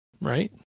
right